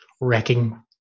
wrecking